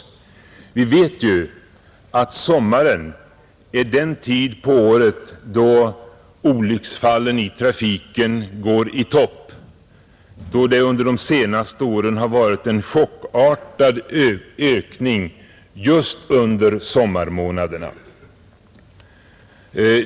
Vi vet ju att sommaren är den tid på året då olycksfallen i trafiken går i topp. Under de senaste åren har man just under sommarmånaderna kunnat iaktta en chockartad ökning av olycksfrekvensen.